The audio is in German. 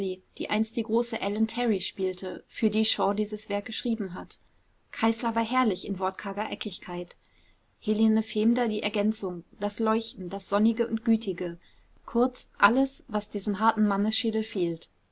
die einst die große ellen terry spielte für die shaw dieses werk geschrieben hat kayßler war herrlich in wortkarger eckigkeit helene fehdmer die ergänzung das leuchten das sonnige und gütige kurz alles was diesem harten mannesschädel fehlt